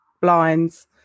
blinds